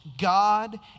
God